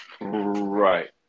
Right